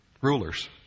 rulers